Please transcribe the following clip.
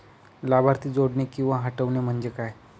लाभार्थी जोडणे किंवा हटवणे, म्हणजे काय?